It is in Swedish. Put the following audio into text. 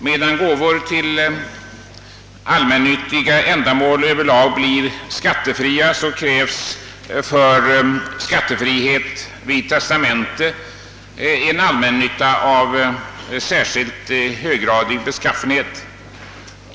Medan gåvor till allmännyttiga ändamål över lag blir skattefria, krävs för skattefrihet vid testamente en särskilt höggradig allmännytta.